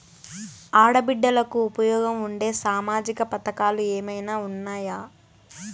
ఆడ బిడ్డలకు ఉపయోగం ఉండే సామాజిక పథకాలు ఏమైనా ఉన్నాయా?